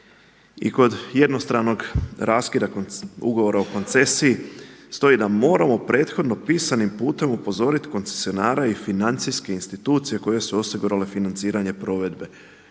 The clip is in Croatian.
I kod jednostavnog raskida ugovora o koncesiji stoji da moramo prethodno pisanim putem upozorit koncesionara i financijske institucije koje su osigurale financiranje provedbe,